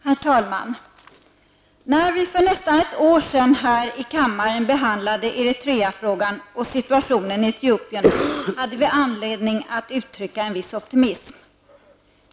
Herr talman! När vi för nästan ett år sedan här i kammaren behandlade Eritrea-frågan och situationen i Etiopien, hade vi anledning att uttrycka en viss optimism.